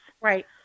Right